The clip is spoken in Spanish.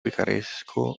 picaresco